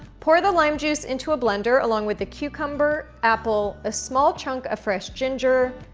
pour the lime juice into a blender along with the cucumber, apple, a small chunk of fresh ginger,